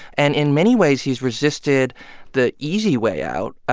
and in many ways, he's resisted the easy way out,